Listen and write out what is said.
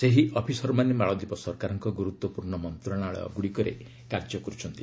ସେହି ଅଫିସରମାନେ ମାଳଦୀପ ସରକାରଙ୍କ ଗୁରୁତ୍ୱପୂର୍୍ଣ ମନ୍ତ୍ରଣାଳୟରେ କାର୍ଯ୍ୟ କରୁଛନ୍ତି